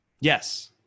Yes